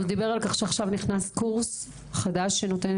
הוא דיבר על קורס חדש שנכנס עכשיו שנותן